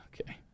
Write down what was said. Okay